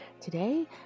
today